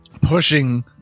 pushing